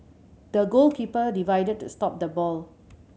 the goalkeeper to stop the ball